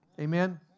Amen